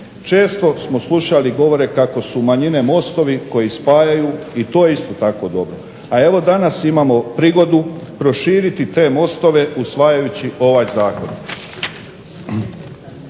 Često smo slušali govore kako su manjine mostovi koji spajaju i to je isto tako dobro. A evo danas imamo prigodu proširiti te mostove usvajajući ovaj zakon.